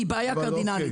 היא בעיה קרדינלית.